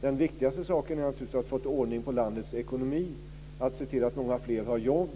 Det viktigaste är naturligtvis att vi har fått ordning på landets ekonomi och att många fler har jobb.